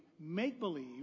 make-believe